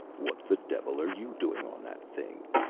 what the devil are you doing on that thing?